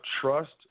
trust